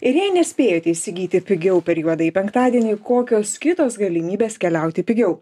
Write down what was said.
ir jei nespėjote įsigyti pigiau per juodąjį penktadienį kokios kitos galimybės keliauti pigiau